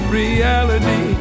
reality